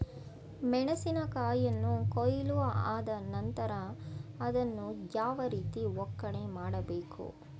ಮೆಣಸಿನ ಕಾಯಿಯನ್ನು ಕೊಯ್ಲು ಆದ ನಂತರ ಅದನ್ನು ಯಾವ ರೀತಿ ಒಕ್ಕಣೆ ಮಾಡಬೇಕು?